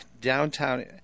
downtown